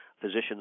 physicians